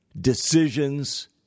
decisions